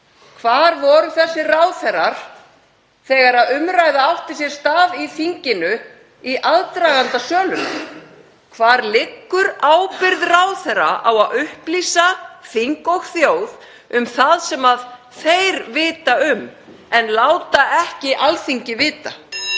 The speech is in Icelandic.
Hvar voru þessir ráðherrar þegar umræða átti sér stað í þinginu í aðdraganda sölunnar? Hvar liggur ábyrgð ráðherra á að upplýsa þing og þjóð um það sem þeir vita um en láta ekki Alþingi vita?